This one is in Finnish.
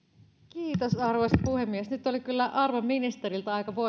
kiitos arvoisa puhemies nyt oli kyllä arvon ministeriltä aika